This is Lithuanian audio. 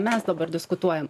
mes dabar diskutuojam